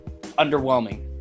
underwhelming